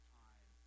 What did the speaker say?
time